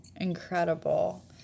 incredible